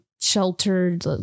sheltered